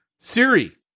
Siri